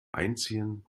einziehen